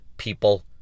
people